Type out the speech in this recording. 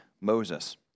Moses